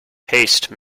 haste